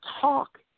talk